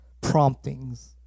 promptings